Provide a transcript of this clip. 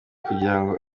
kugirango